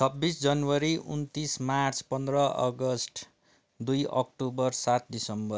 छब्बिस जनवरी उन्तिस मार्च पन्ध्र अगस्ट दुई अक्टोबर सात डिसम्बर